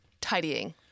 tidying